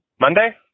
Monday